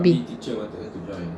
rugby